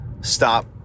stop